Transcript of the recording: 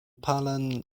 palan